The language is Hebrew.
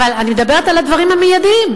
אבל אני מדברת על הדברים המיידיים,